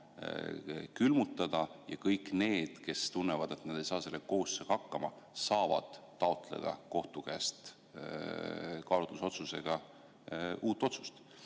külmutada, ja kõik need, kes tunnevad, et nad ei saa selle kohustusega hakkama, saavad taotleda kohtu käest kaalutlusotsusena uut otsust?